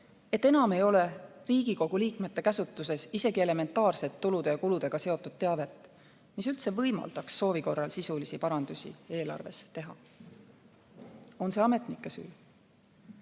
et enam ei ole Riigikogu liikmete käsutuses isegi elementaarset tulude ja kuludega seotud teavet, mis üldse võimaldaks soovi korral sisulisi parandusi eelarves teha. On see ametnike süü?